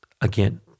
again